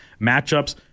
matchups